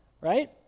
right